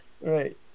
Right